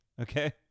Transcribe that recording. okay